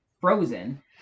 frozen